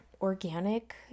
organic